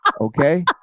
Okay